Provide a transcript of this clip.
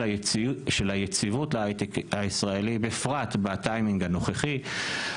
היציבות להייטק הישראלי בפרט בטיימינג הנוכחי.